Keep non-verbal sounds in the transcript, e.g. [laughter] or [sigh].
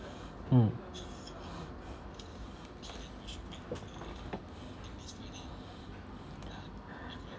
mm [breath]